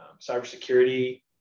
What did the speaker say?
cybersecurity